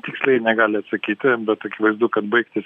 tiksliai negali atsakyti bet akivaizdu kad baigtis